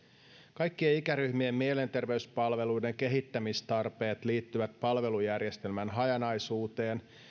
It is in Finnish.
kaikkien ikäryhmien mielenterveyspalveluiden kehittämistarpeet liittyvät palvelujärjestelmän hajanaisuuteen